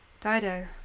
Dido